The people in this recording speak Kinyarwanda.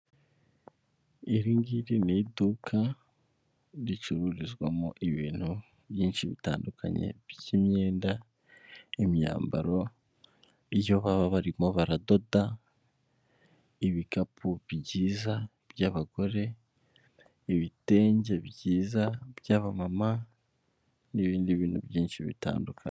Iringiri ni iduka ricururizwamo ibintu byinshi bitandukanye by'imyenda, imyambaro, iyo baba barimo baradoda, ibikapu byiza by'abagore ibitenge byiza by'abamama n'ibindi bintu byinshi bitandukanye.